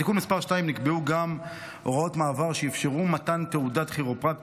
בתיקון מס' 2 נקבעו גם הוראות מעבר שאפשרו מתן תעודת כירופרקט